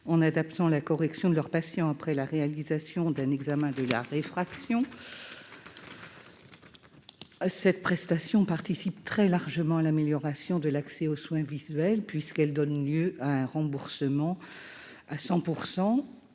en adaptant la correction de leurs patients après la réalisation d'un examen de la réfraction. Cette prestation participe très largement à l'amélioration de l'accès aux soins visuels, puisqu'elle donne lieu à un remboursement à 100